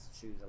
shoes